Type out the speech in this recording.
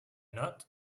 not